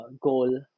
goal